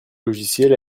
logiciel